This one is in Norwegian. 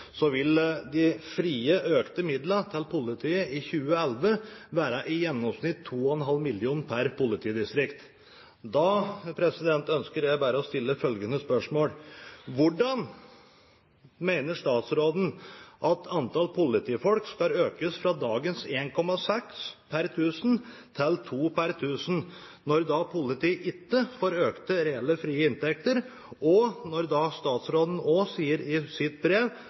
vil de frie økte midlene til politiet i 2011 være i gjennomsnitt 2,5 mill. kr per politidistrikt. Da ønsker jeg bare å stille følgende spørsmål: Hvordan mener statsråden at antall politifolk skal økes fra dagens 1,6 per 1000 innbyggere til 2 per 1000 innbyggere når politiet ikke får økte reelle frie inntekter, og når statsråden sier i sitt brev